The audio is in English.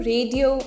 Radio